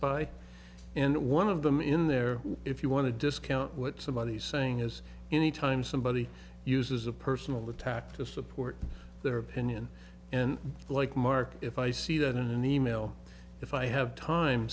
by and one of them in there if you want to discount what somebody's saying is anytime somebody uses a personal attack to support their opinion and like mark if i see that in an email if i have time